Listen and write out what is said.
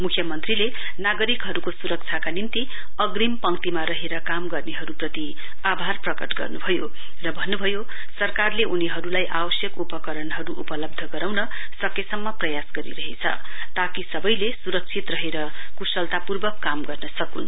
मुख्यमन्त्रीले नागरिकहरुको सुरक्षाका निम्ति अग्रिम पंक्तिमा रहेर काम गर्नेहरुप्रति आभार प्रकट गर्नुभयो र भन्नुभयो सरकारले उनीहरुलाई आवश्यक उपकरणहरु उपलब्ध गराउन सकेसम्म प्रयास गरिरहेछ ताकि सवैले सुरक्षित रहेर कुशलतापूर्वक काम गर्न सकुन्